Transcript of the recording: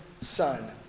Son